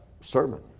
sermon